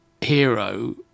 hero